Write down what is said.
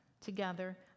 together